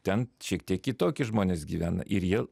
ten šiek tiek kitokie žmonės gyvena ir jie